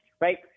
right